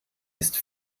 ist